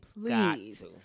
please